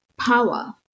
power